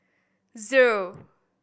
zero